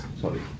sorry